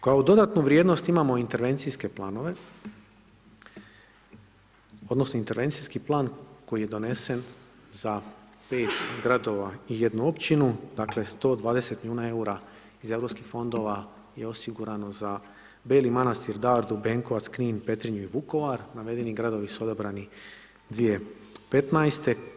Kao dodatnu vrijednost imamo intervencijske planove odnosno intervencijski plan koji je donesen za 5 gradova i 1 općinu, dakle 120 milijuna EUR-a iz Europskih fondova je osigurano za Beli Manastir, Dardu, Benkovac, Knin, Petrinju i Vukovar, navedeni gradovi su odabrani 2015.